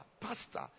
pastor